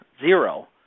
zero